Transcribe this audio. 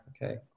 Okay